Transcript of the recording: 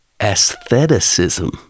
aestheticism